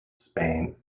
spain